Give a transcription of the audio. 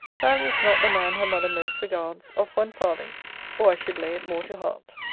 values not the man her mother most regards, of one farthing or i should lay it more to heart.